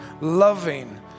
loving